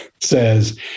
says